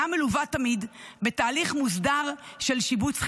מלווה תמיד בתהליך מוסדר של שיבוץ חינוכי,